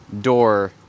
door